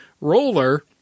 Roller